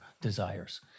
desires